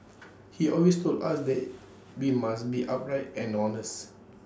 he always told us that we must be upright and honest